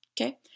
okay